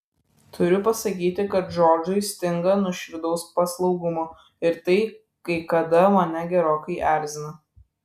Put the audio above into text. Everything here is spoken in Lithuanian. turiu pasakyti kad džordžui stinga nuoširdaus paslaugumo ir tai kai kada mane gerokai erzina